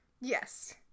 yes